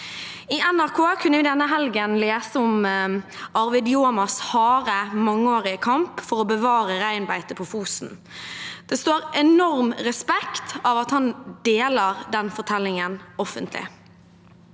I NRK kunne vi denne helgen lese om Arvid Jåmas harde, mangeårige kamp for å bevare reinbeitet på Fosen. Det står enorm respekt av at han deler den fortellingen offentlig.